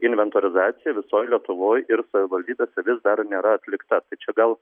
inventorizacija visoj lietuvoj ir savivaldybėse vis dar nėra atlikta tai čia gal